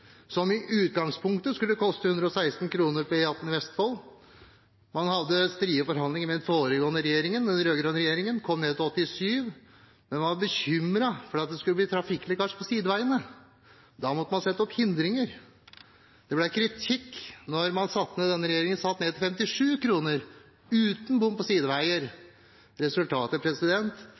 som i utgangspunktet skulle være 116 kr på E18 i Vestfold. Man hadde strie forhandlinger med den foregående regjeringen, den rød-grønne regjeringen, og fikk det ned til 87 kr, men man var bekymret for at det skulle bli trafikkslitasje på sideveiene. Da måtte man sette opp hindringer. Det ble kritikk da denne regjeringen satte takstene ned til 57 kr, uten bom på sideveier. Resultatet